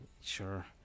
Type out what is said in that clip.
Sure